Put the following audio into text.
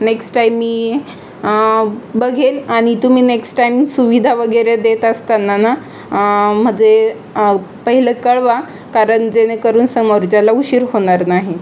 next time मी बघेन आणि तुम्ही नेक्स्ट टाईम सुविधा वगैरे देत असताना ना म्हणजे पहिलं कळवा कारण जेणे करून समोरच्याला उशीर होणार नाही